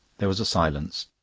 there was a silence.